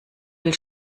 will